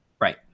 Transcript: Right